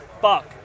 Fuck